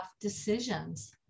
decisions